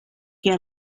què